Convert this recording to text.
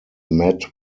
met